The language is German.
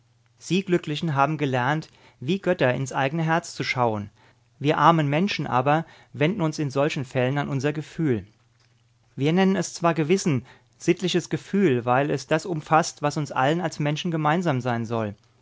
sie glücklichen haben gelernt wie götter ins eigene herz zu schauen wir armen menschen aber wenden uns in solchen fällen an unser gefühl wir nennen es zwar gewissen sittliches gefühl weil es das umfaßt was uns allen als menschen gemeinsam sein soll